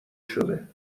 شده